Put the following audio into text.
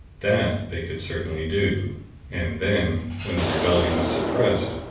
that they could certainly do and then, when the rebellion was suppressed,